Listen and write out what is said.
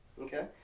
Okay